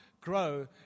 grow